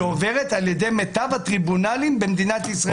על ידי מיטב הטריבונלים במדינת ישראל.